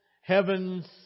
heaven's